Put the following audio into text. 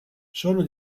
sono